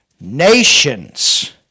nations